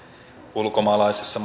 ulkomaalaisessa